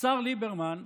השר ליברמן,